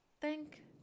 thank